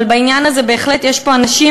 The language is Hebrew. אבל בעניין הזה בהחלט יש פה אנשים